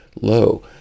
low